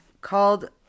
called